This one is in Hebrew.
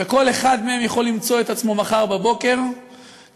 וכל אחד מהם יכול למצוא את עצמו מחר בבוקר תקוע